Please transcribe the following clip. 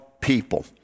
people